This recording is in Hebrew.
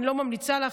אני לא ממליצה לך,